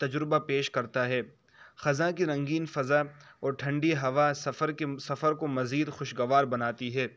تجربہ پیش کرتا ہے خزاں کی رنگین فضا اور ٹھنڈی ہوا سفر کے سفر کو مزید خوش گوار بناتی ہے